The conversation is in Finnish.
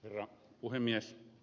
herra puhemies